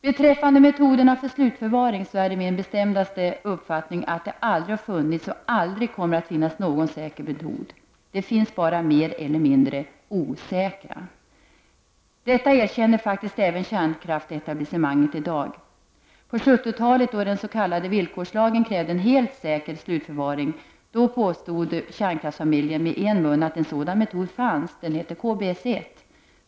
Beträffande metoderna för slutförvaring är det min bestämdaste uppfattning att det aldrig har funnits och att det aldrig kommer att finnas någon säker metod. Det finns bara mer eller mindre osäkra metoder. Detta erkänner faktiskt kärnkraftsetablissemanget i dag. På 70-talet, då den s.k. villkorslagen krävde en helt säker slutförvaring, påstod kärnkraftsfamiljen med en mun att en sådan metod fanns, den s.k. KBS-1-metoden.